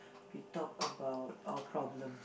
we talk about our problem